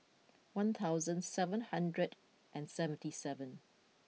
one thousand seven hundred and seventy seven